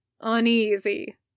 Uneasy